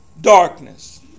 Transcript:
darkness